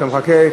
אתה מחכה.